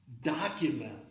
Document